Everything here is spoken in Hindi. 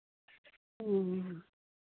ओ